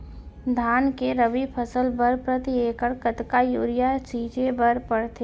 धान के रबि फसल बर प्रति एकड़ कतका यूरिया छिंचे बर पड़थे?